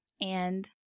And-